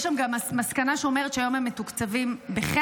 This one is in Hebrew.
יש שם גם מסקנה שאומרת שהיום הם מתוקצבים בחסר,